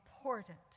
important